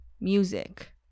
music